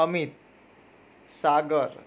Amit Sagar